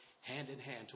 hand-in-hand